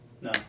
No